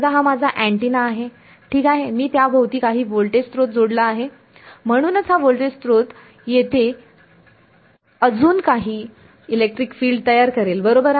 समजा हा माझा अँटिना आहे ठीक आहे मी त्याभोवती काही व्होल्टेज स्रोत जोडला आहे म्हणूनच हा व्होल्टेज स्त्रोत येथे अजून काही इलेक्ट्रिक फिल्ड तयार करेल बरोबर आहे